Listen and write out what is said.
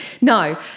No